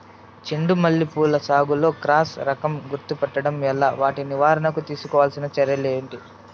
చెండు మల్లి పూల సాగులో క్రాస్ రకం గుర్తుపట్టడం ఎలా? వాటి నివారణకు తీసుకోవాల్సిన చర్యలు ఏంటి?